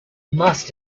must